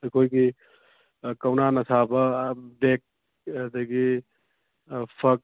ꯑꯩꯈꯣꯏꯒꯤ ꯀꯧꯅꯥꯅ ꯁꯥꯕ ꯕꯦꯒ ꯑꯗꯒꯤ ꯐꯛ